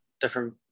different